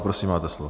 Prosím, máte slovo.